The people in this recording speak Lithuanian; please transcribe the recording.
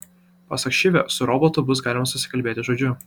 pasak šivio su robotu bus galima susikalbėti žodžiu